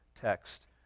text